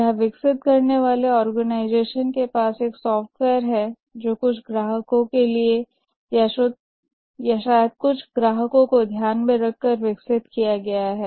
यहां विकसित करने वाले आर्गेनाईजेशन के पास एक सॉफ्टवेयर है जो कुछ ग्राहकों के लिए या शायद कुछ ग्राहकों को ध्यान में रखकर विकसित किया गया है